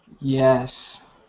Yes